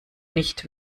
nicht